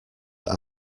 that